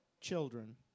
Children